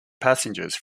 passengers